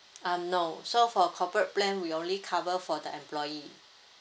uh no so for corporate plan we only cover for the employee